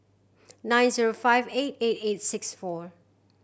nine zero five eight eight eight six four